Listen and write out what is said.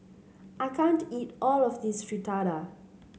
I can't eat all of this Fritada